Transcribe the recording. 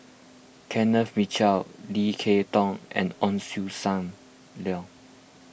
Kenneth Mitchell Lim Kay Tong and Ong Sam Leong